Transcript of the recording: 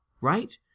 right